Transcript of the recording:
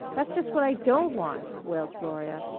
that's just what i don't want, wailed gloria,